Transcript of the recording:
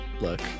look